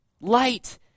Light